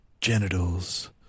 genitals